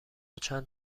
چند